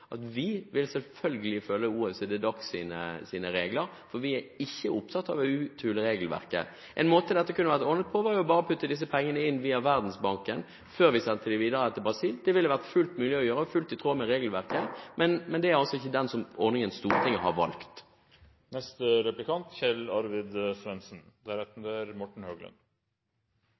regelverket. En måte dette kunne vært ordnet på, var bare å putte disse pengene inn via Verdensbanken før vi sendte dem videre til Brasil. Det ville vært fullt mulig å gjøre det, og helt i tråd med regelverket, men det er altså ikke den ordningen Stortinget har valgt.